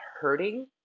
hurting